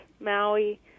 maui